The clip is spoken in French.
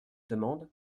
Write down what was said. demande